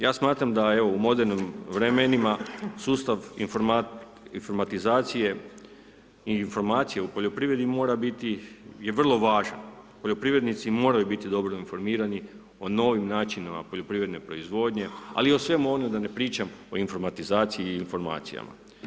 Ja smatram da evo, u modernim vremenima sustav informatizacije i informacije u poljoprivredi, mora biti i je vrlo važan, poljoprivrednici moraju biti dobro informirani o novim načinima poljoprivredne proizvodnje, ali i o svemu onome da ne pričamo o informatizaciji i informacijama.